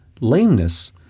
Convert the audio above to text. lameness